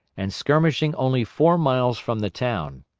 and skirmishing only four miles from the town.